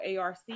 ARC